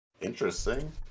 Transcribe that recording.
Interesting